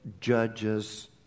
judges